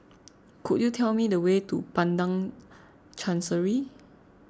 could you tell me the way to Padang Chancery